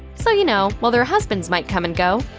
so, you know, while their husbands might come and go,